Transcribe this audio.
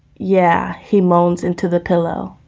yeah. he moans into the pillow